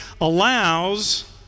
allows